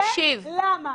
ולמה?